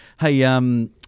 Hey